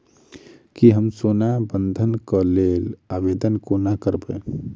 की हम सोना बंधन कऽ लेल आवेदन कोना करबै?